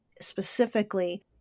specifically